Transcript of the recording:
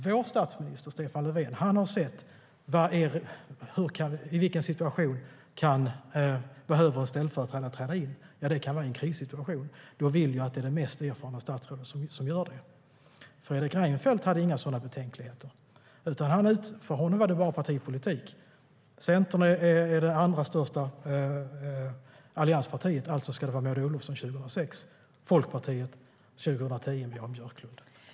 Vår statsminister Stefan Löfven har sett det så här: I vilken situation behöver en ställföreträdare träda in? Det kan vara i en krissituation, och då vill jag att det är det mest erfarna statsrådet som gör det. Fredrik Reinfeldt hade inga sådana betänkligheter. För honom var det bara partipolitik. Centern var det andra största allianspartiet, alltså skulle det vara Maud Olofsson 2006 och Folkpartiets Jan Björklund 2010.